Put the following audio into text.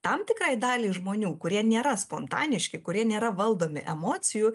tam tikrai daliai žmonių kurie nėra spontaniški kurie nėra valdomi emocijų